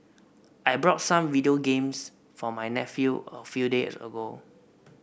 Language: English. I bought some video games for my nephew a few days ago